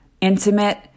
intimate